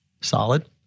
Solid